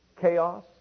chaos